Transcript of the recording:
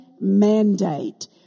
mandate